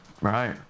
Right